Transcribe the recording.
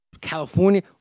California